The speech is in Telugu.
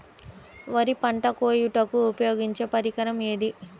వరి పంట కోయుటకు ఉపయోగించే పరికరం ఏది?